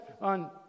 on